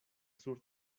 sur